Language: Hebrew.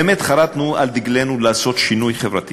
באמת חרתנו על דגלנו לעשות שינוי חברתי